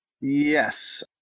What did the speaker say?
Yes